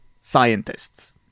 scientists